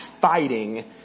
fighting